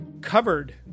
covered